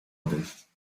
odejść